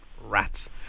Rats